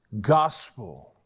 gospel